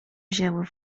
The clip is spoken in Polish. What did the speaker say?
wzięły